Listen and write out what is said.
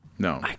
No